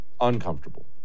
uncomfortable